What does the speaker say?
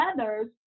others